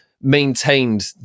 maintained